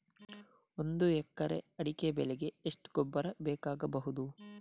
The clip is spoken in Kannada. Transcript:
ಒಂದು ಎಕರೆ ಅಡಿಕೆ ಬೆಳೆಗೆ ಎಷ್ಟು ಗೊಬ್ಬರ ಬೇಕಾಗಬಹುದು?